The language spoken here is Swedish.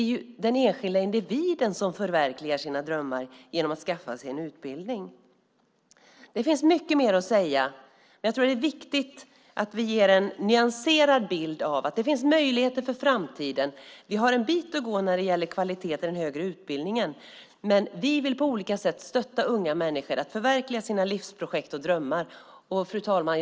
Det är den enskilda individen som förverkligar sina drömmar genom att skaffa sig en utbildning. Det finns mycket mer att säga. Det är viktigt att vi ger en nyanserad bild av att det finns möjligheter för framtiden. Vi har en bit att gå när det gäller kvalitet i den högre utbildningen. Men vi vill på olika sätt stötta unga människor att förverkliga sina drömmar. Fru talman!